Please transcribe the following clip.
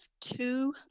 two